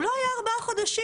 הוא לא היה ארבעה חודשים.